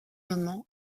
moment